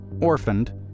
orphaned